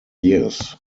years